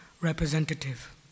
representative